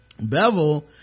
bevel